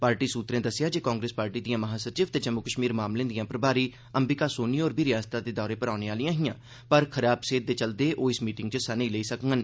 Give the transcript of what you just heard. party स्त्तरें दस्सेआ ऐ जे कांग्रेस पार्टी दिआं महासचिव ते जम्मू कश्मीर मामलें दिआं प्रभारी अंबिका सोनी होर बी रिआसत दे दौरे पर औने आहिलआं हिआं पर खराब सेहत दे चलदे ओह् इस मीटिंग इस हिस्सा नेईं लैडन